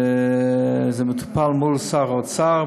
זה מטופל מול שר האוצר,